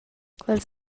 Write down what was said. quels